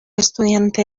estudiante